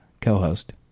co-host